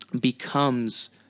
becomes